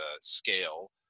scale